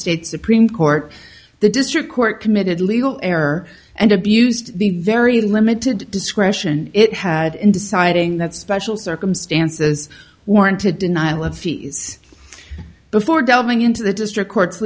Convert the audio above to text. supreme court the district court committed legal error and abused the very limited discretion it had in deciding that special circumstances warranted denial of before delving into the district co